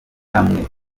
hamwe